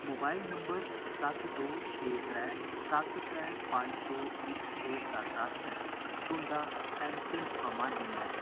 mobile number सत्त दो छे त्रै सत्त त्रै पंज दो इक छे सत्त आस्तै तुं'दा ऐम्मपिन अमान्य ऐ